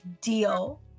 deal